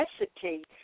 necessity